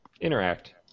Interact